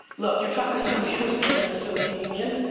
look, you're talking to somebody who was born in the soviet union.